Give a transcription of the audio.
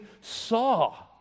saw